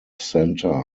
centre